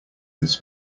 this